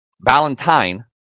Valentine